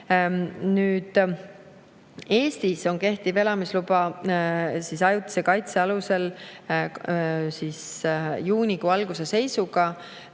Eestis on kehtiv elamisluba ajutise kaitse alusel juunikuu alguse seisuga